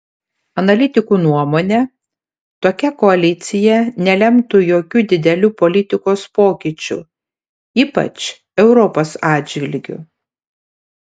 analitikų nuomone tokia koalicija nelemtų jokių didelių politikos pokyčių ypač europos atžvilgiu